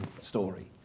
story